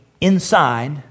Inside